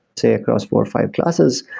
say, across four, five classes.